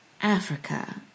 Africa